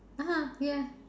(uh huh) ya